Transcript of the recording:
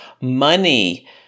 money